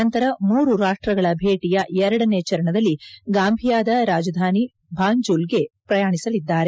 ನಂತರ ಮೂರು ರಾಷ್ಟಗಳ ಭೇಟಿಯ ಎರಡನೇ ಚರಣದಲ್ಲಿ ಗಾಂಭಿಯಾದ ರಾಜಧಾನಿ ಬಾಂಜುಲ್ ಗೆ ಪ್ರಯಾಣಿಸಲಿದ್ದಾರೆ